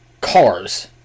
cars